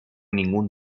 ningún